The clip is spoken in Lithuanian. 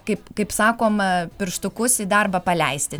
kaip kaip sakom pirštukus į darbą paleisti